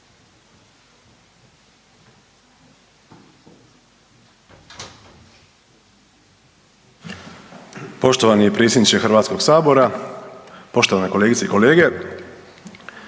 gospodine potpredsjedniče Hrvatskog sabora, poštovane kolegice i kolege.